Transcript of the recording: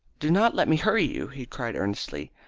do not let me hurry you, he cried earnestly.